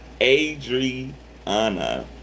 Adriana